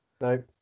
No